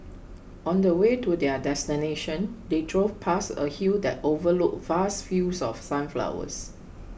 on the way to their destination they drove past a hill that overlooked vast fields of sunflowers